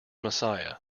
messiah